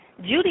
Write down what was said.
Judy